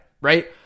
right